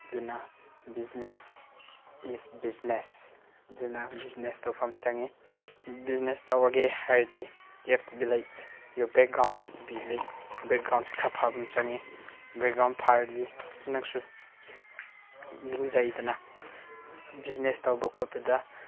ꯑꯗꯨꯅ business is business ꯑꯗꯨꯅ business ꯇꯧꯐꯝ ꯆꯪꯏ ꯕꯤꯖꯤꯅꯦꯁ ꯇꯧꯔꯒꯦ ꯍꯥꯏꯔꯗꯤ you have to be like your background has to be like ꯕꯦꯛꯒ꯭ꯔꯥꯎꯟꯁꯦ ꯈꯔ ꯐꯕ ꯑꯝ ꯆꯪꯏ ꯕꯦꯛꯒ꯭ꯔꯥꯎꯟ ꯐꯔꯗꯤ ꯅꯪꯁꯨ ꯂꯤꯡꯖꯩꯗꯅ ꯕꯤꯖꯤꯅꯦꯁ ꯇꯧꯕ ꯈꯣꯠꯄꯗ